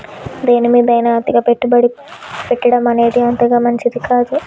దేనిమీదైనా అతిగా పెట్టుబడి పెట్టడమనేది అంతగా మంచిది కాదు